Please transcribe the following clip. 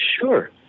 sure